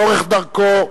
לאורך דרכו,